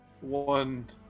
One